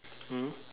mm